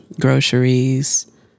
groceries